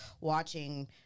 watching